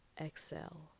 Exhale